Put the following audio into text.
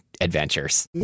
adventures